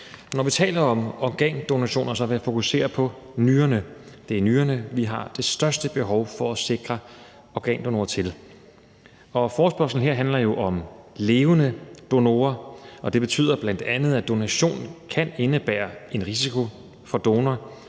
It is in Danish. når vi taler om organdonationer, vil jeg fokusere på nyrerne. Det er nyrerne, vi har det største behov for at sikre organdonorer til. Forespørgslen her handler jo om levende donorer, og det betyder bl.a., at en donation kan indebære en risiko for donoren,